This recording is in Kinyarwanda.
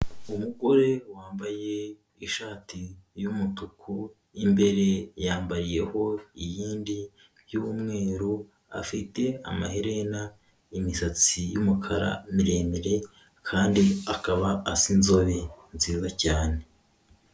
Umugore wambaye ishati y'umutuku imbere yambariyeho iyindi y'umweru afite amaherena, imisatsi y'umukara miremire kandi akaba asa inzobe nziza cyane.